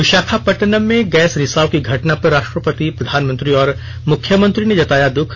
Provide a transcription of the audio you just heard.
विषाखापट्टनम में गैस रिसाव की घटना पर राष्ट्रपति प्रधानमंत्री और मुख्यमंत्री ने जताया दुख